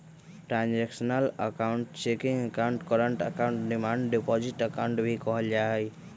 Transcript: transactional account checking account, current account, demand deposit account भी कहल जाहई